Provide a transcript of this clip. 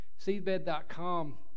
Seedbed.com